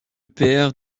père